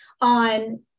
on